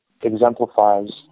exemplifies